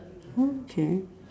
okay